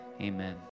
amen